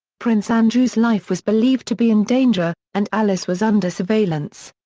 prince andrew's life was believed to be in danger, and alice was under surveillance.